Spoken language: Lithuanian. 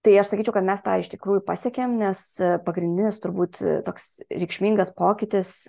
tai aš sakyčiau kad mes tą iš tikrųjų pasiekėm nes pagrindinis turbūt toks reikšmingas pokytis